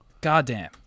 Goddamn